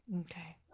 okay